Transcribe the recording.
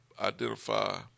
identify